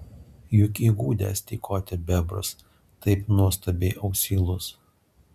juk įgudęs tykoti bebrus taip nuostabiai ausylus